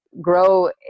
grow